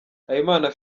habimana